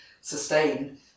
sustain